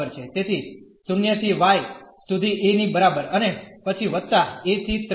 તેથી 0 થી y સુધી a ની બરાબર અને પછી વત્તા a થી 3 a